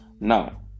Now